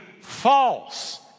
false